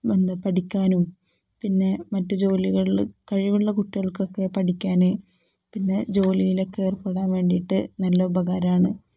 എന്താണ് പഠിക്കാനും പിന്നെ മറ്റ് ജോലികളിൽ കഴിവുള്ള കുട്ടികൾക്കൊക്കെ പഠിക്കാൻ പിന്നെ ജോലിയിലൊക്കെ ഏർപ്പെടാൻ വേണ്ടിയിട്ട് നല്ല ഉപകാരമാണ്